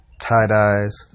tie-dyes